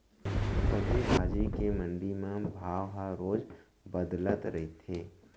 सब्जी भाजी के मंडी म भाव ह रोज बदलत रहिथे